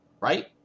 Right